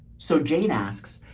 so jane asks,